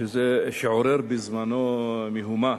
שעורר בזמנו מהומה.